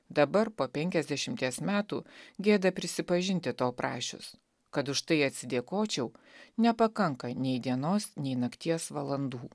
dabar po penkiasdešimties metų gėda prisipažinti to prašius kad už tai atsidėkočiau nepakanka nei dienos nei nakties valandų